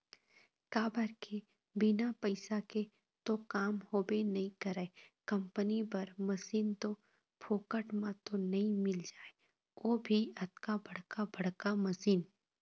काबर के बिना पइसा के तो काम होबे नइ करय कंपनी बर मसीन तो फोकट म तो नइ मिल जाय ओ भी अतका बड़का बड़का मशीन